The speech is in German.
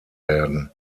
werden